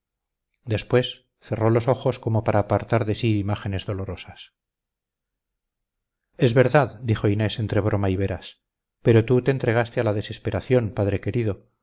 después cerró los ojos como para apartar de sí imágenes dolorosas es verdad dijo inés entre broma y veras pero tú te entregaste a la desesperación padre querido